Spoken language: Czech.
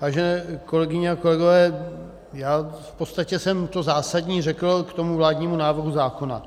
Vážené kolegyně a kolegové, já v podstatě jsem to zásadní řekl k tomu vládnímu návrhu zákona.